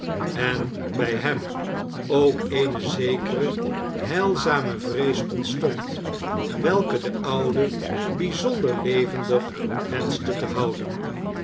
en bij hem ook eene zekere heilzame vrees ontstond welke de oude bijzonder levendig wenschte te houden